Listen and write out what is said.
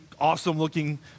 awesome-looking